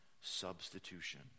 substitution